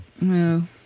No